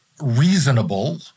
reasonable